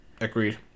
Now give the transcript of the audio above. Agreed